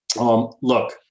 Look